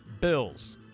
Bills